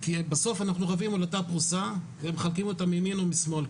כי בסוף אנחנו רבים על אותה פרוסה ומחלקים אותה מימין ומשמאל,